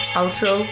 outro